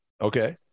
okay